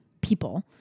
people